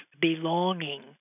belonging